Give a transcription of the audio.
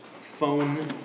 phone